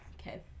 Okay